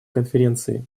конференции